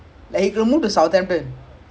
berbear என்ன வயசு இப்போ:enna vayasu ippo